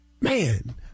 Man